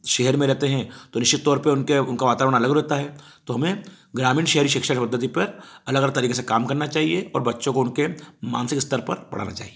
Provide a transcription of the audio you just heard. शहर में रहते हैं तो निश्चित तौर पर उनके उनका वातावरण अलग रहता है तो हमें ग्रामीण शहरी शिक्षण पद्धति पर अलग अलग तरीके से काम करना चाहिए और बच्चों को उनके मानसिक स्तर पर पढ़ाना चाहिए